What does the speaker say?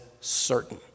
certain